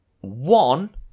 one